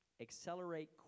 accelerate